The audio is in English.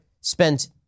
spent